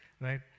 Right